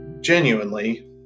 genuinely